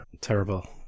Terrible